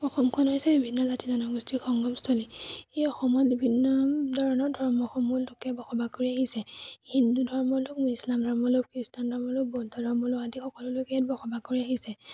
অসমখন হৈছে বিভিন্ন জাতি জনগোষ্ঠীৰ সংগমস্থলী এই অসমত বিভিন্ন ধৰণৰ ধৰ্মসমূহৰ লোকে বসবাস কৰি আহিছে হিন্দু ধৰ্ম লোক মুছলাম ধৰ্ম লোক খ্ৰীষ্টান ধৰ্ম লোক বৌদ্ধ ধৰ্ম আদি সকলো লোকে ইয়াত বসবাস কৰি আহিছে